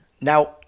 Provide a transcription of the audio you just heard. Now